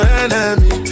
enemy